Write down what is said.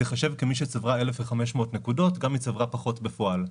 תיחשב כמי שצברה 1,500 נקודות גם אם צברה פחות בפועל.